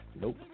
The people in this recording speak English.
Nope